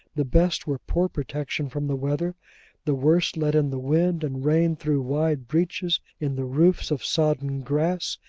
the best were poor protection from the weather the worst let in the wind and rain through wide breaches in the roofs of sodden grass,